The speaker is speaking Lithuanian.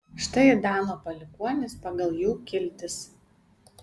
štai dano palikuonys pagal jų kiltis